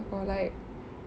or like